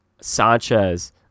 Sanchez